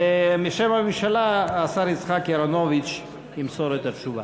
ומשם הממשלה, השר יצחק אהרונוביץ ימסור את התשובה.